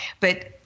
but-